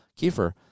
Kiefer